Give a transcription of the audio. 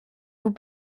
vous